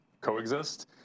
coexist